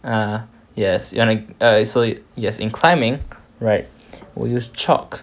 uh yes you want to err so you're saying climbing right we use chalk